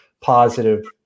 positive